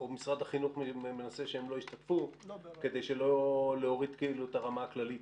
או שמשרד החינוך מנסה שהם לא ישתתפו כדי לא להוריד את הרמה הכללית?